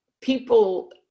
people